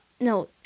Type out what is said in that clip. no